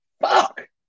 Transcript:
fuck